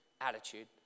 attitude